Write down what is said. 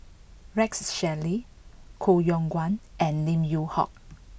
Rex Shelley Koh Yong Guan and Lim Yew Hock